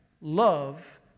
love